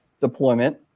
deployment